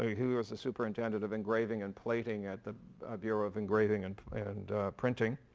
he was a superintendent of engraving and plating at the bureau of engraving and and printing.